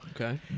okay